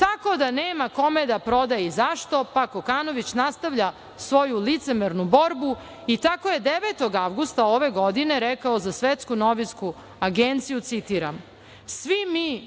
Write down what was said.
tako da nema kome da proda i zašto, pa Kokanović nastavlja svoju licemernu borbu i tako je 9. avgusta ove godine rekao za svetsku novinsku agenciju, citiram: